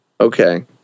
Okay